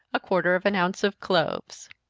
a quarter of an ounce of cloves.